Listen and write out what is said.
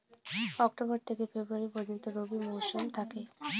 October থেকে February পর্যন্ত রবি মৌসুম থাকে